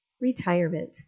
Retirement